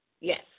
Yes